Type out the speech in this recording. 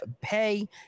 pay